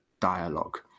dialogue